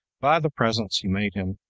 by the presents he made him,